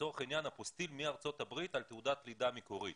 לצורך העניין אפוסטיל מארצות הברית על תעודת לידה מקורית.